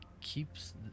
keeps